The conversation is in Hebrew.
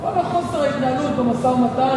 כל חוסר ההתנהלות במשא-ומתן,